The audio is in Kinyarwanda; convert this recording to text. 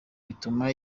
bituma